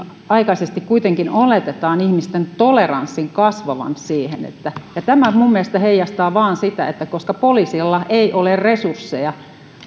kuitenkin oletetaan ihmisten toleranssin kasvavan tämä minun mielestäni heijastaa vain sitä että poliisilla ei ole resursseja